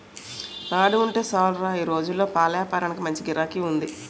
పాడి ఉంటే సాలురా ఈ రోజుల్లో పాలేపారానికి మంచి గిరాకీ ఉంది